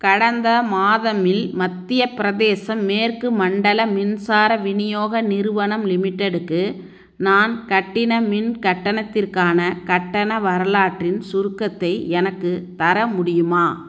கடந்த மாதமில் மத்தியப் பிரதேச மேற்கு மண்டல மின்சார விநியோக நிறுவனம் லிமிடெட்டுக்கு நான் கட்டின மின் கட்டணத்திற்கான கட்டண வரலாற்றின் சுருக்கத்தை எனக்கு தர முடியுமா